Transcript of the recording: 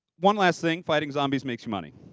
one last thing, fighting zombies makes you money.